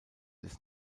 des